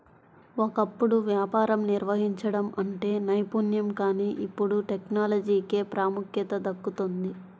ఒకప్పుడు వ్యాపారం నిర్వహించడం అంటే నైపుణ్యం కానీ ఇప్పుడు టెక్నాలజీకే ప్రాముఖ్యత దక్కుతోంది